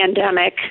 pandemic